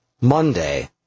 Monday